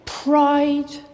pride